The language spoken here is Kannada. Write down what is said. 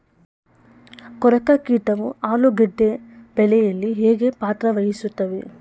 ಕೊರಕ ಕೀಟವು ಆಲೂಗೆಡ್ಡೆ ಬೆಳೆಯಲ್ಲಿ ಹೇಗೆ ಪಾತ್ರ ವಹಿಸುತ್ತವೆ?